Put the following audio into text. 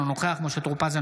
אינו נוכח משה טור פז,